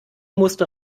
musste